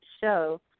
show